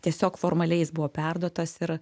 tiesiog formaliai jis buvo perduotas ir